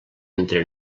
entre